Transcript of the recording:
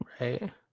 Right